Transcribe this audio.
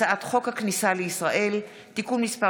הצעת חוק הכניסה לישראל (תיקון מס'